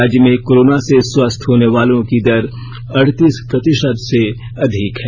राज्य में कोरोना से स्वस्थ होने वालों की दर अड़तीस प्रतिशत से अधिक है